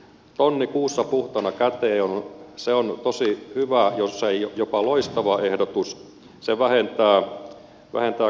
tonni kuussa puhtaana käteen se on tosi hyvä jos ei jopa loistava ehdotus se vähentää kannustinloukkuja